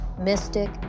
mystic